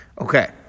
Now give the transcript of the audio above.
Okay